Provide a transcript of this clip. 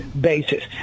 basis